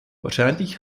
wahrscheinlich